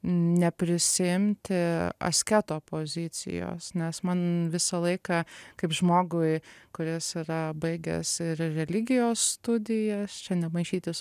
neprisiimti asketo pozicijos nes man visą laiką kaip žmogui kuris yra baigęs ir religijos studijas čia nemaišyti su